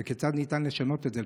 כיצד ניתן לשנות את זה,